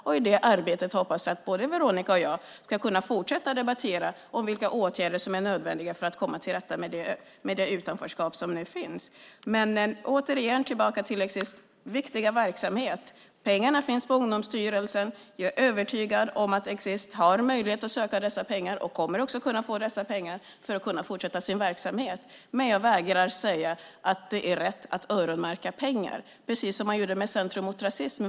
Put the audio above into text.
I det arbetet hoppas jag att både Veronica och jag ska kunna fortsätta att debattera vilka åtgärder som är nödvändiga för att komma till rätta med det utanförskap som nu finns. Jag återkommer till Exits viktiga verksamhet. Pengarna finns på Ungdomsstyrelsen. Jag är övertygad om att Exit har möjlighet att söka dessa pengar och kommer att få dessa pengar för att fortsätta sin verksamhet. Men jag vägrar att säga att det är rätt att öronmärka pengar, precis som man gjorde för Centrum mot rasism.